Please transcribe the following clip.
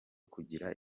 kugira